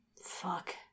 Fuck